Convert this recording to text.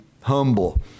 humble